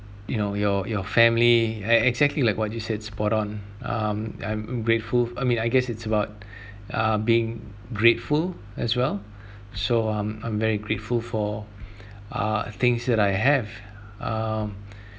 you know your your family ex~ exactly like what you said spot on um I'm grateful I mean I guess it's about uh being grateful as well so I'm I'm very grateful for uh things that I have um